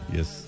Yes